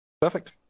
Perfect